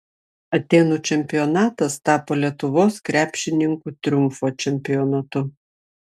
atėnų čempionatas tapo lietuvos krepšininkų triumfo čempionatu